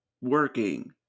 working